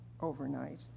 overnight